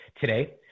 Today